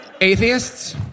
Atheists